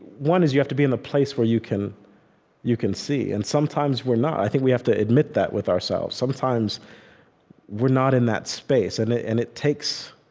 one is, you have to be in a place where you can you can see. and sometimes we're not. i think we have to admit that with ourselves. sometimes we're not in that space. and it and it takes,